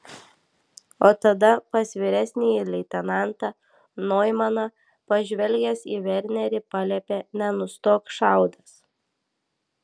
o tada pas vyresnįjį leitenantą noimaną pažvelgęs į vernerį paliepė nenustok šaudęs